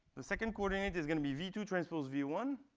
the second coordinate is going to be v two transpose v one,